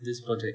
this project